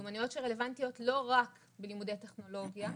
אלו מיומנויות שרלוונטיות לא רק בלימודי הטכנולוגיה,